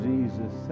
Jesus